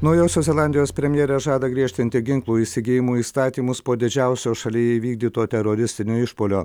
naujosios zelandijos premjerė žada griežtinti ginklų įsigijimo įstatymus po didžiausio šalyje įvykdyto teroristinio išpuolio